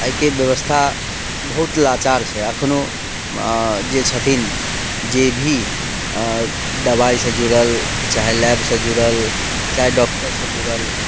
एहिके व्यवस्था बहुत लाचार छै एखनहु जे छथिन जे भी दवाइसँ जुड़ल चाहे लैबसँ जुड़ल चाहे डॉक्टरसँ जुड़ल